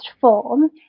form